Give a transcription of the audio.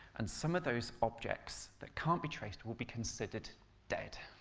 and some of those objects that can't be traced will be considered dead.